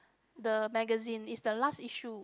the magazine is the last issue